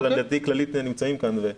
אבל לדעתי כללית נמצאים כאן.